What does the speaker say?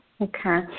Okay